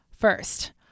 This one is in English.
First